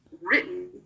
written